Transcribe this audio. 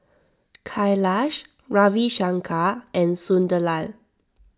Kailash Ravi Shankar and Sunderlal